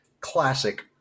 classic